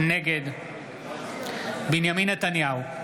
נגד בנימין נתניהו,